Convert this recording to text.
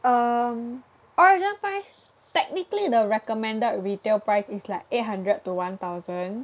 um original price technically the recommended retail price is like eight hundred to one thousand